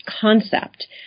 concept